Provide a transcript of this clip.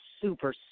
super